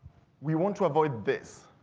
we want to avoid this,